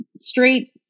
straight